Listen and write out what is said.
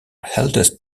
eldest